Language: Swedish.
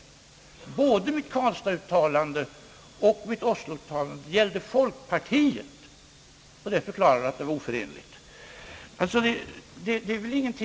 Både mitt uttalande i Karlstad och mitt uttalande i Oslo gällde folkpartiet, och det förklarar det oförenliga.